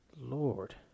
Lord